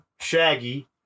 Shaggy